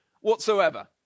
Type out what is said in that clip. whatsoever